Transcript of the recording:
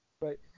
Right